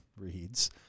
reads